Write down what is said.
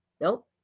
Nope